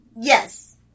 Yes